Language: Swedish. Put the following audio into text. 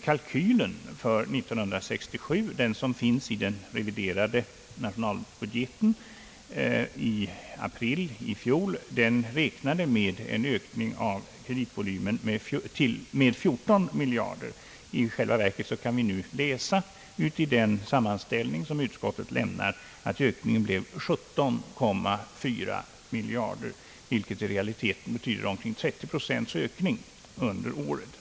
Kalkylen för 1967 — den som finns i den reviderade nationalbudgeten i april i fjol — räknade med en ökning av kreditvolymen med 14 miljarder kronor. I själva verket kan vi nu läsa i den sammanställning som utskottet lämnar, att ökningen blev 17,4 miljarder, vilket i realiteten betyder 30 procent ökning under året.